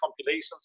compilations